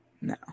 No